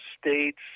States